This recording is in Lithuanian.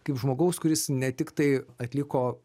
kaip žmogaus kuris ne tiktai atliko